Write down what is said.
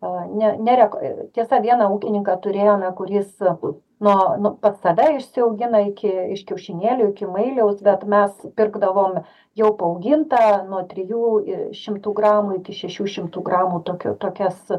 a ne nerek tiesa vieną ūkininką turėjome kurys apu nuo nuo pat tada išsiaugino iki iš kiaušinėlių iki mailiaus bet mes pirkdavom jau paaugintą nuo trijų ir šimtų gramų iki šešių šimtų gramų tokio tokias